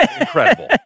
incredible